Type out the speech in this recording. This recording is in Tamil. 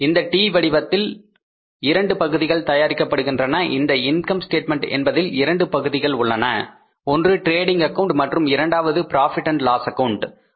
இந்த டீ வடிவத்தில் இரண்டு பகுதிகள் தயாரிக்கப்படுகின்றன இந்த இன்கம் ஸ்டேட்மெண்ட் என்பதில் இரண்டு பகுதிகள் உள்ளன ஒன்று டிரேடிங் அக்கவுண்ட் மற்றும் இரண்டாவது profit and loss account Profit Loss Account